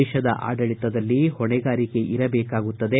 ದೇಶದ ಆಡಳಿತದಲ್ಲಿ ಹೊಣೆಗಾರಿಕೆ ಇರಬೇಕಾಗುತ್ತದೆ